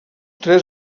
tres